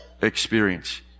experience